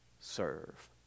serve